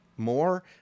more